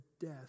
death